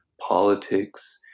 politics